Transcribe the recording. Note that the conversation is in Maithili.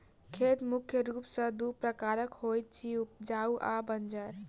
खेत मुख्य रूप सॅ दू प्रकारक होइत अछि, उपजाउ आ बंजर